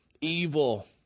evil